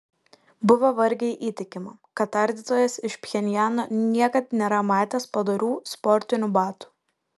buvo vargiai įtikima kad tardytojas iš pchenjano niekad nėra matęs padorių sportinių batų